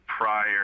prior